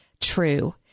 true